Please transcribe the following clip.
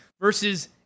versus